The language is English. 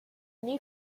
new